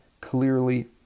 clearly